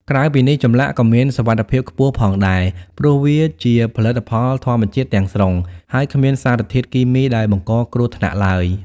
ក្រៅពីនេះ ចម្លាក់ក៏មានសុវត្ថិភាពខ្ពស់ផងដែរ ព្រោះវាជាផលិតផលធម្មជាតិទាំងស្រុង ហើយគ្មានសារធាតុគីមីដែលបង្កគ្រោះថ្នាក់ឡើយ។